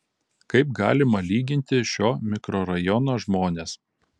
kaip galima lyginti šio mikrorajono žmones